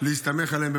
להסתמך עליהם,